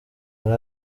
hari